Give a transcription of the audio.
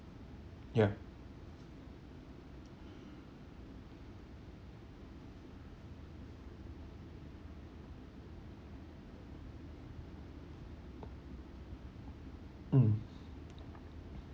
ya mm